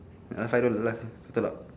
ya lah five dollar top up